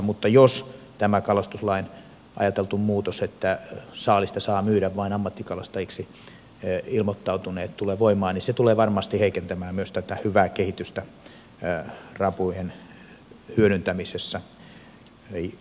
mutta jos tämä kalastuslain ajateltu muutos että saalista saa myydä vain ammattikalastajiksi ilmoittautuneet tulee voimaan niin se tulee varmasti heikentämään myös tätä hyvää kehitystä rapujen hyödyntämisessä